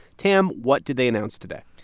tam, what did they announce today?